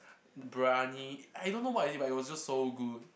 the briyani I don't know what is it but it was just so good